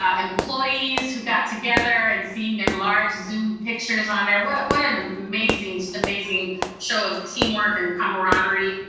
um employees who got together, and seen their large zoom pictures on there. what what an amazing, just amazing show of teamwork and comradery.